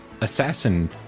Assassin